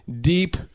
deep